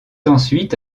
ensuite